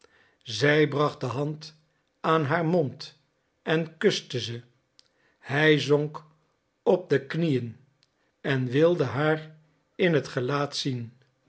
zij bracht de hand aan haar mond en kuste ze hij zonk op de knieën en wilde haar in het gelaat zien